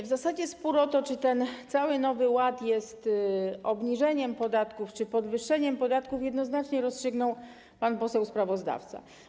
W zasadzie spór o to, czy ten cały Nowy Ład jest obniżeniem podatków czy podwyższeniem podatków jednoznacznie rozstrzygnął pan poseł sprawozdawca.